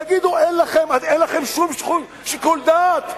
תגידו, אין לכם שום שיקול דעת?